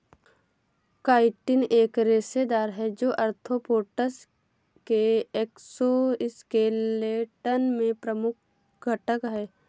chitin एक रेशेदार है, जो आर्थ्रोपोड्स के एक्सोस्केलेटन में प्रमुख घटक है